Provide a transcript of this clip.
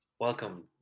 welcome